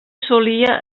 solia